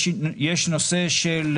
יש נושא של